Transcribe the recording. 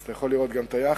אתה יכול לראות את היחס,